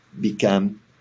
become